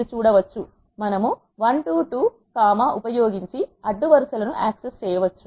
మనము 1 to 2 comma ఉపయోగించి అడ్డు వరుస ల ను యాక్సెస్ చేయవచ్చు